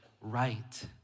right